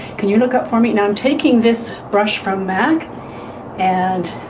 can you look up for me. now i'm taking this brush from mac and